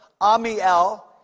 Amiel